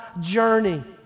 journey